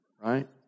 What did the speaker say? right